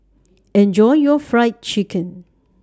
Enjoy your Fried Chicken